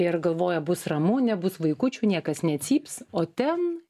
ir galvoja bus ramu nebus vaikučių niekas necyps o ten